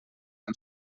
amb